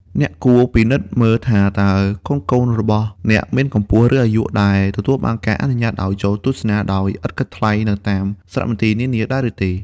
អ្នកគួរពិនិត្យមើលថាតើកូនៗរបស់អ្នកមានកម្ពស់ ឬអាយុដែលទទួលបានការអនុញ្ញាតឱ្យចូលទស្សនាដោយឥតគិតថ្លៃនៅតាមសារមន្ទីរនានាដែរឬទេ។